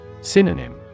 Synonym